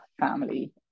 family